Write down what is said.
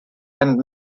and